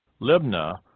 Libna